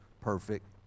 perfect